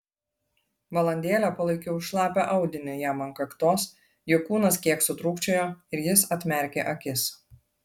valandėlę palaikiau šlapią audinį jam ant kaktos jo kūnas kiek sutrūkčiojo ir jis atmerkė akis